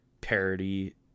parody